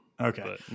Okay